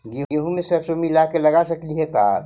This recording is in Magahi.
गेहूं मे सरसों मिला के लगा सकली हे का?